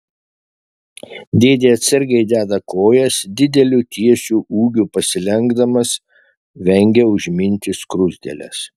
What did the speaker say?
dėdė atsargiai deda kojas dideliu tiesiu ūgiu pasilenkdamas vengia užminti skruzdėles